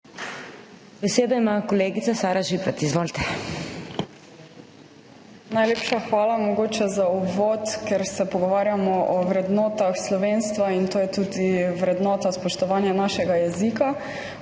Najlepša hvala. Mogoče za uvod, ker se pogovarjamo o vrednotah slovenstva in je to tudi vrednota, spoštovanje našega jezika.